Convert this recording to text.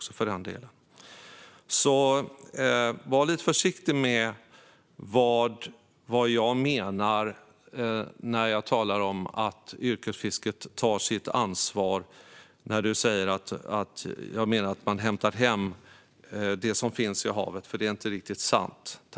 Så var lite försiktig med att säga att vad jag menar när jag talar om att yrkesfisket tar sitt ansvar är att man hämtar hem det som finns i havet, för det är inte riktigt sant.